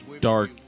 dark